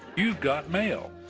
you've got mail.